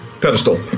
Pedestal